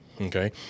Okay